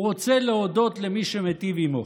הוא רוצה להודות למי שמיטיב עימו,